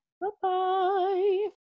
Bye-bye